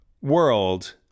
world